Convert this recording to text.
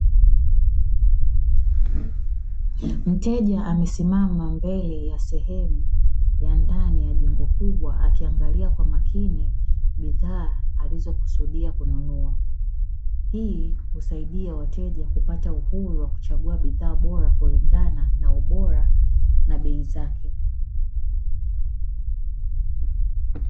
Mteja amesimama mbele ya sehemu ya ndani ya duka kubwa, akiangalia kwa makini bidhaa alizokusudia kununua. Hii huwasaidia wateja kupata uhuru wa kuchagua bidhaa bora, kulingana na ubora na bei zake.